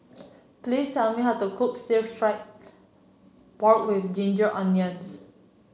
please tell me how to cook Stir Fried Pork with Ginger Onions